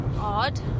odd